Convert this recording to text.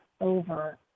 over